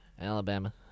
Alabama